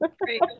Great